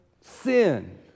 sin